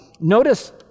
Notice